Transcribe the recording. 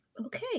Okay